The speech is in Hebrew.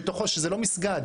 זה אפילו לא מסגד,